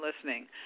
listening